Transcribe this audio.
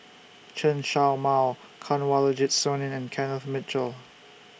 Chen Show Mao Kanwaljit Soin and Kenneth Mitchell